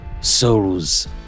souls